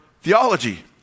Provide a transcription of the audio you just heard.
theology